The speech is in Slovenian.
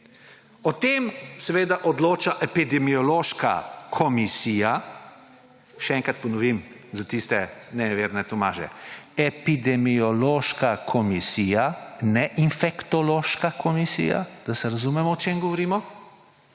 O tem odloča epidemiološka komisija − še enkrat ponovim za tiste nejeverne Tomaže, epidemiološka komisija, ne infektološka komisija, da se razumemo, o čem govorimo,